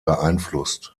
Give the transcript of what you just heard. beeinflusst